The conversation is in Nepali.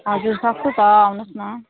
हजुर सक्छु त आउनुहोस् न